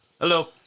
Hello